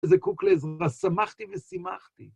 אתה זקוק לעזרה, שמחתי ושימחתי.